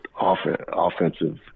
offensive